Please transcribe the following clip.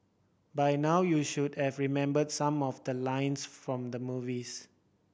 by now you should have remembered some of the lines from the movies